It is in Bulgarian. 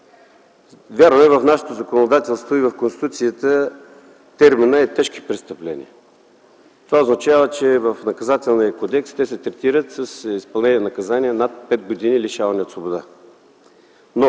е, че в нашето законодателство и в Конституцията терминът е „тежки престъпления”. Това означава, че в Наказателния кодекс те се третират с изпълнение на наказания над пет години лишаване от свобода.